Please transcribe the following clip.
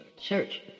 church